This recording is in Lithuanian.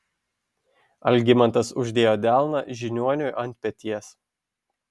algimantas uždėjo delną žiniuoniui ant peties